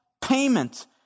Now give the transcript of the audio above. payment